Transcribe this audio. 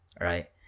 right